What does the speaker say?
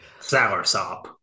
Soursop